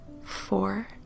four